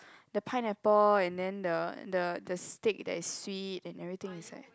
the pineapple and then the the the stick that sweet and everything is like